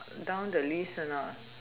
down the list or not